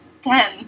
ten